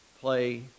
play